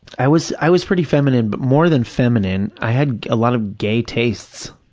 i was i was pretty feminine, but more than feminine, i had a lot of gay tastes,